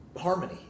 harmony